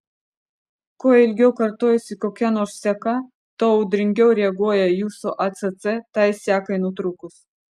kuo ilgiau kartojasi kokia nors seka tuo audringiau reaguoja jūsų acc tai sekai nutrūkus